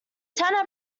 ten